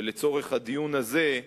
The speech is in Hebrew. ולצורך הדיון הזה,